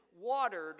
watered